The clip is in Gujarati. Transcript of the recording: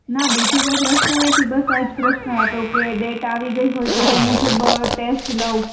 ના બીજું કોઈ પ્રશ્ન નથી બસ આ જ પ્રશ્ન હતો કે ડેટ આવી ગઈ હોય તો એ મુજબ ટેસ્ટ લઉં